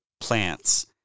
plants